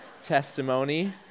testimony